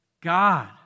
God